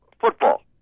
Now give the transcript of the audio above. Football